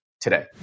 today